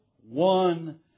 one